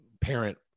parent